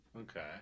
Okay